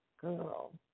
Girl